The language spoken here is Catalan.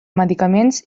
medicaments